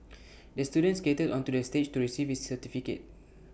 the student skated onto the stage to receive his certificate